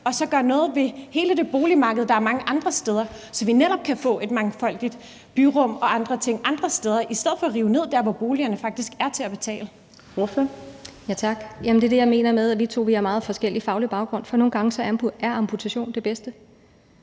og så gør noget ved hele det boligmarked, der er mange andre steder, så vi netop kan få et mangfoldigt byrum og andre ting andre steder i stedet for at rive ned der, hvor boligerne faktisk er til at betale. Kl. 18:01 Fjerde næstformand (Trine Torp): Ordføreren. Kl. 18:01 Tanja Larsson (S): Tak. Det er det, jeg mener med, at vi to har meget forskellig faglig baggrund, for nogle gange er amputation det bedste.